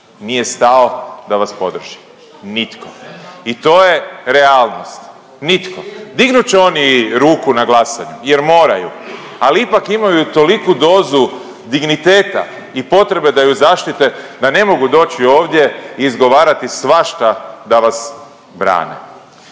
nije stao da vas podrži, nitko i to je realnost, nitko. Dignut će oni ruku na glasanju jer moraju, ali ipak imaju toliku dozu digniteta i potrebe da ju zaštite da ne mogu doći ovdje i izgovarati svašta da vas brane.